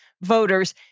voters